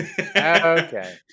okay